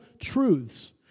truths